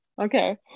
Okay